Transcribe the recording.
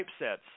typesets